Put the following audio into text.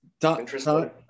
interesting